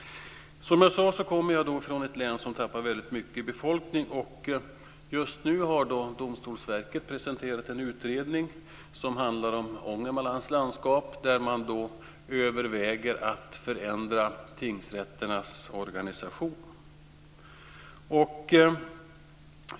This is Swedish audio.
Som jag sade kommer jag från ett län som tappar väldigt mycket befolkning. Just nu har Domstolsverket presenterat en utredning som handlar om Ångermanlands landskap, där man överväger att förändra tingsrätternas organisation.